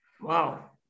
wow